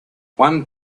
one